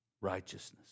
righteousness